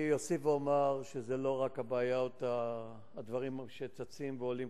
אני אוסיף ואומר שזה לא רק הדברים שצצים ועולים